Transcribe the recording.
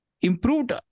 improved